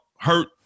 hurt